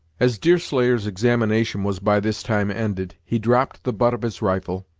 as deerslayer's examination was by this time ended, he dropped the butt of his rifle,